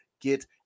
get